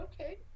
okay